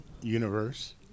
universe